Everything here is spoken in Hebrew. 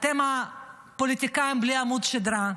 אתם פוליטיקאים בלי עמוד שדרה,